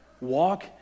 Walk